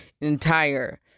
entire